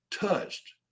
touched